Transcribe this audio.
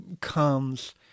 comes